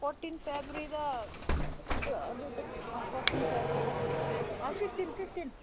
fourteen ꯐꯦꯕ꯭ꯋꯥꯔꯤꯗ ꯅꯣꯏꯗꯨ ꯑꯗꯨꯗ ꯐꯣꯔꯇꯤꯟ ꯐꯦꯕ꯭ꯋꯥꯔꯤꯗ ꯐꯤꯞꯇꯤꯟ ꯐꯤꯞꯇꯤꯟ